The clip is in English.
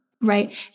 right